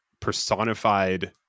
personified